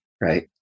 Right